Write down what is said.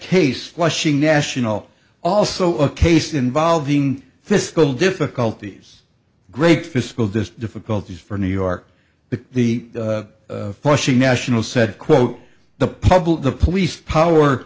case flushing national also a case involving fiscal difficulties great fiscal dist difficulties for new york the the flushing national said quote the public the police power